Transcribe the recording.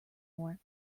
war